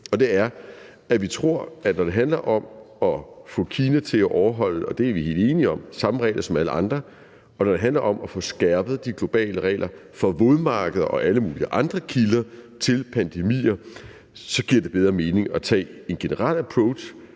i forslaget. Vi tror, at når det handler om at få Kina til at overholde, og det er vi helt enige om, samme regler som alle andre, og når det handler om at få skærpet de globale regler for vådmarkeder og alle mulige andre kilder til pandemier, så giver det bedre mening at tage en generel approach.